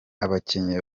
abakinnyi